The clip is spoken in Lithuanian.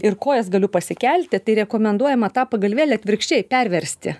ir kojas galiu pasikelti tai rekomenduojama tą pagalvėlę atvirkščiai perversti